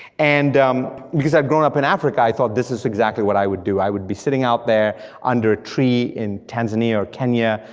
and um because i'd grown up in africa i thought this was exactly what i would do, i would be sitting out there under a tree in tanzania or kenya,